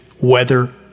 weather